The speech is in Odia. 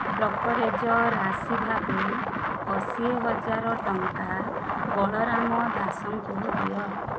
ବ୍ରୋକରେଜ ରାଶି ଭାବେ ଅଶୀହଜାର ଟଙ୍କା ବଳରାମ ଦାସଙ୍କୁ ଦିଅ